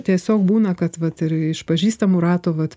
tiesiog būna kad vat ir iš pažįstamų rato vat